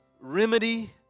remedy